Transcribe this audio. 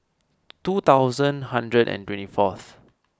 two thousand hundred and twenty fourth